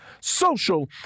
social